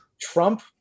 Trump